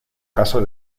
caso